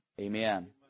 Amen